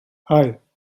hei